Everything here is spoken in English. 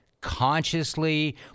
consciously